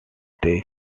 they